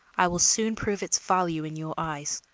i will soon prove its value in your eyes.